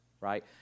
right